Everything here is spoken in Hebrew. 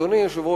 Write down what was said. אדוני היושב-ראש,